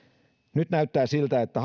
nyt näyttää siltä että